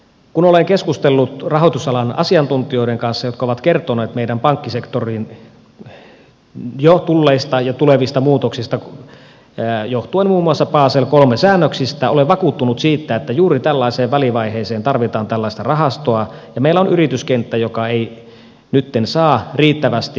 kun olen keskustellut rahoitusalan asiantuntijoiden kanssa jotka ovat kertoneet meidän pankkisektoriin jo tulleista ja tulevista muutoksista johtuen muun muassa basel iii säännöksistä olen vakuuttunut siitä että juuri tällaiseen välivaiheeseen tarvitaan tällaista rahastoa ja meillä on yrityskenttä joka ei nytten saa riittävästi riskirahaa